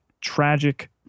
tragic